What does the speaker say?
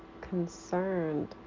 concerned